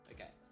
Okay